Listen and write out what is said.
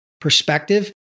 perspective